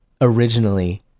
originally